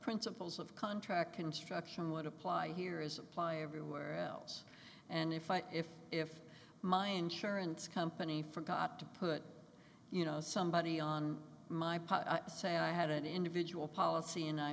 principles of contract construction would apply here is apply everywhere else and if if if my insurance company forgot to put you know somebody on my pa say i had an individual policy and i